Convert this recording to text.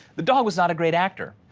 the dog was not a great actor.